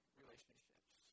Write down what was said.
relationships